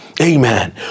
Amen